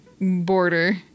border